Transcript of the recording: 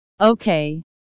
okay